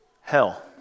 Hell